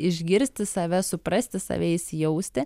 išgirsti save suprasti save įsijausti